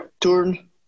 turn